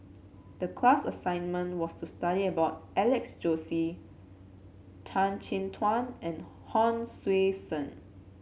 the class assignment was to study about Alex Josey Tan Chin Tuan and Hon Sui Sen